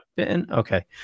okay